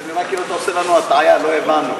זה נראה כאילו אתה עושה לנו הטעיה, לא הבנו.